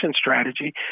strategy